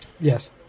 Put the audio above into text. Yes